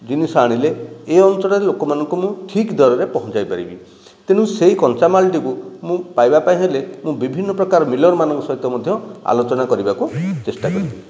ଜିନିଷ ଆଣିଲେ ଏ ଅଞ୍ଚଳରେ ଲୋକମାନଙ୍କୁ ମୁଁ ଠିକ୍ ଦରରେ ପହଞ୍ଚାଇ ପାରିବି ତେଣୁ ସେ କଞ୍ଚାମାଲଟିକୁ ମୁଁ ପାଇବା ପାଇଁ ହେଲେ ମୁଁ ବିଭିନ୍ନ ପ୍ରକାର ମିଲର ମାନଙ୍କ ସହିତ ମଧ୍ୟ ଆଲୋଚନା କରିବାକୁ ଚେଷ୍ଟା କରିବି